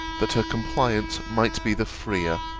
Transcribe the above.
that her compliance might be the freer